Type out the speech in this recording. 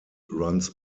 runs